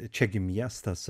čia gi miestas